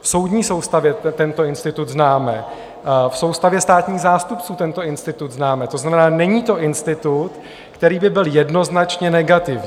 V soudní soustavě tento institut známe, v soustavě státních zástupců tento institut známe, to znamená, není to institut, který by byl jednoznačně negativní.